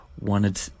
wanted